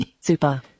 Super